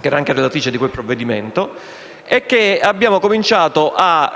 che era anche relatrice del provvedimento. Lo abbiamo cominciato a